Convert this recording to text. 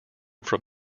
from